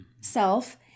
self